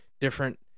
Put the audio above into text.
different